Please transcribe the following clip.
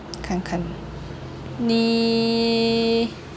看看你